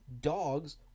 dogs